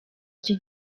iki